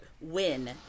win